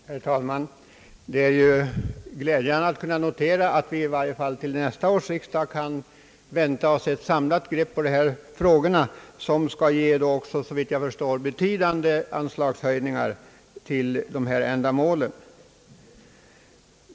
Herr talman! Det är ju glädjande att kunna notera att vi i varje fall till nästa års riksdag kan vänta oss ett samlat grepp på dessa frågor; vilket då också skall ge, såvitt jag förstår, betydande anslagshöjningar till de här ändamålen.